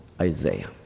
Isaiah